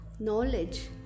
Knowledge